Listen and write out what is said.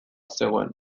zegoen